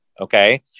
Okay